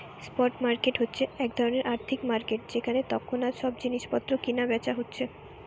spot market হচ্ছে এক ধরণের আর্থিক মার্কেট যেখানে তৎক্ষণাৎ সব জিনিস পত্র কিনা বেচা হচ্ছে